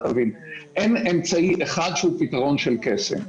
תבין: אין אמצעי אחד שהוא פתרון של קסם.